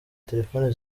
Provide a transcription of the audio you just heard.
telefoni